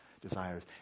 desires